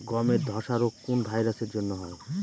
গমের ধসা রোগ কোন ভাইরাস এর জন্য হয়?